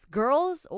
girls